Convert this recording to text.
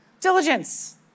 Diligence